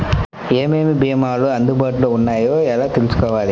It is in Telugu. ఏమేమి భీమాలు అందుబాటులో వున్నాయో ఎలా తెలుసుకోవాలి?